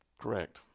Correct